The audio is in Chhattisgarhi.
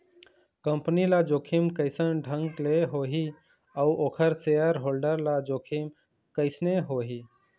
कंपनी ल जोखिम कइसन ढंग ले होही अउ ओखर सेयर होल्डर ल जोखिम कइसने होही?